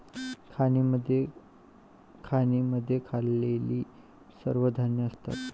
खाणींमध्ये खाल्लेली सर्व धान्ये असतात